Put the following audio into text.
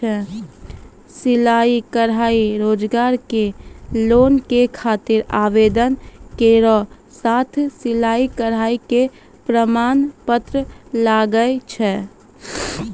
सिलाई कढ़ाई रोजगार के लोन के खातिर आवेदन केरो साथ सिलाई कढ़ाई के प्रमाण पत्र लागै छै?